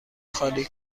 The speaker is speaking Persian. خالی